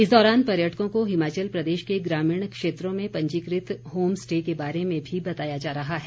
इस दौरान पर्यटकों को हिमाचल प्रदेश के ग्रामीण क्षेत्रों में पंजीकृत होमस्टे के बारे में भी बताया जा रहा है